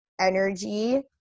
energy